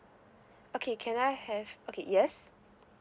okay can I have okay yes